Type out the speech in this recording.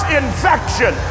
infection